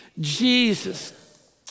Jesus